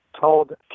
told